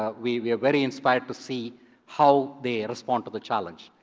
ah we we are very inspired to see how they respond to the challenge.